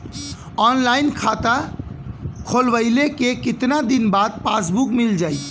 Online खाता खोलवईले के कितना दिन बाद पासबुक मील जाई?